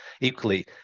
Equally